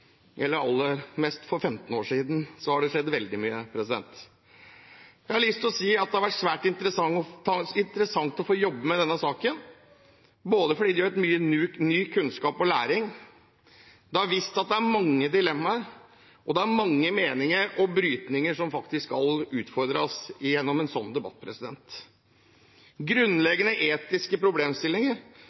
eller aller mest, for 15 år siden. Det har skjedd veldig mye. Jeg har lyst til å si at det er svært interessant å jobbe med denne saken fordi det gir både mye ny kunnskap og læring. Det har vist at det er mange dilemmaer og mange meninger og brytninger som faktisk skal utfordres gjennom en sånn debatt. Grunnleggende etiske problemstillinger